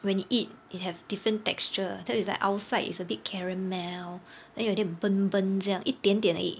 when you eat it have different texture so it's like outside it's a bit caramel then 有一点 burnt burnt 这样一点点而已